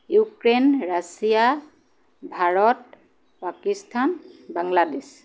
Ukraine Russia Bharat Pakistan Bangladesh